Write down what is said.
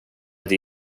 inte